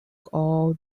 all